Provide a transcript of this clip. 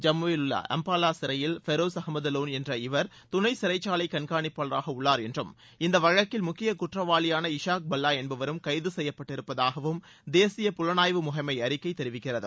ஜம்முவில் உள்ள அம்பல்லா சிறையில் பெரோஸ் அகமது லோன் என்ற இவர் துணை சிறைச்சாலை கண்காணிப்பளாராக உள்ளார் என்றும் இந்த வழக்கில் முக்கிய குற்றவாளியான இஷாக் பல்லா என்பவரும் கைது செய்யப்பட்டிருப்பதாகவும் தேசிய புலணாய்வு முகமை அறிக்கை தெரிவிக்கிறது